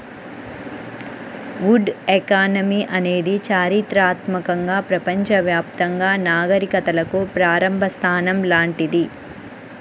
would economy అనేది చారిత్రాత్మకంగా ప్రపంచవ్యాప్తంగా నాగరికతలకు ప్రారంభ స్థానం లాంటిది